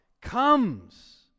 comes